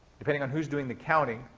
depending on who's doing the counting,